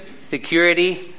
security